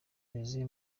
jose